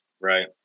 right